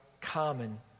common